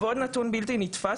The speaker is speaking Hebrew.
ועוד נתון בלתי נתפס,